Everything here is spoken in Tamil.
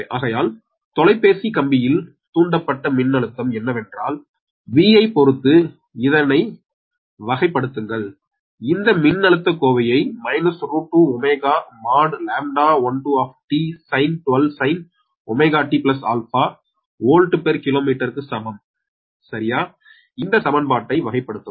ஆகையால் தொலைபேசி கம்பியில் தூண்டப்பட்ட மின்னழுத்தம் என்னவென்றால் Vஐ பொறுத்து இதனை வகை படுத்துங்கள் இந்த மின்னழுத்த கோவையை √2 ω mod λ12 sin 12sin 𝜔t𝛼 volt per கிலோமீட்டருக்கு சமம் சரியா இந்த சமன்பாட்ட்டை வகைப்படுத்துவும்